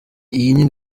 iyi